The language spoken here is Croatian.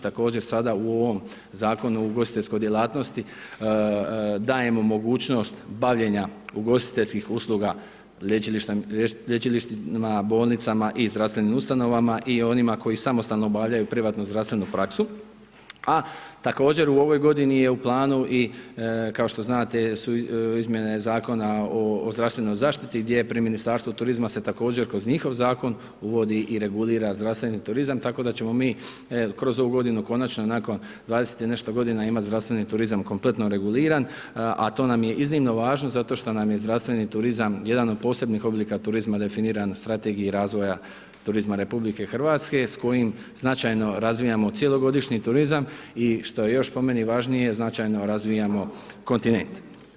Također sada u ovom Zakonu o ugostiteljskoj djelatnosti dajemo mogućnost bavljenja ugostiteljskih usluga lječilištima, bolnicama i zdravstvenim ustanovama i onima koji samostalno obavljaju privatnu zdravstvenu praksu, a također u ovoj godini je u planu i kao što znate su izmjene Zakona o zdravstvenoj zaštiti gdje je pri Ministarstvu turizma se također kroz njihov zakon uvodi i regulira zdravstveni turizam, tako da ćemo mi kroz ovu godinu konačno nakon 20 i nešto godina imati zdravstveni turizam kompletno reguliran, a to nam je iznimno važno zato što nam je zdravstveni turizam jedan od posebnih oblika turizma definiran strategiji razvoja turizma RH s kojim značajno razvijamo cjelogodišnji turizam i što je još po meni važnije, značajno razvijamo kontinent.